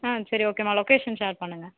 ஆ சரி ஓகே மா location share பண்ணுங்கள்